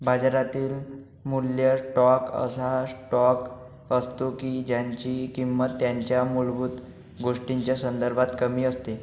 बाजारातील मूल्य स्टॉक असा स्टॉक असतो की ज्यांची किंमत त्यांच्या मूलभूत गोष्टींच्या संदर्भात कमी असते